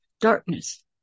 darkness